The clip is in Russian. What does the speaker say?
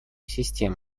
систему